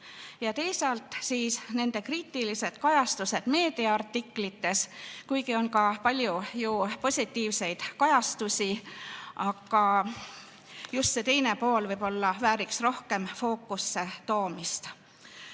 Ja teisalt nende kriitilised kajastused meedia artiklites, kuigi on ka palju positiivseid kajastusi. Just see teine pool võib-olla vääriks rohkem fookusse toomist.